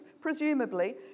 presumably